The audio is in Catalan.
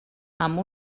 amb